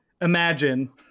imagine